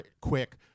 Quick